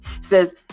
says